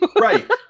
Right